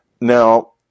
Now